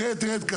תראה את כסיף.